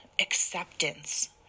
acceptance